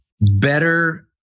better